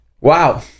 Wow